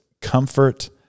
comfort